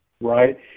right